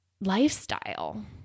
lifestyle